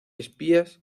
espías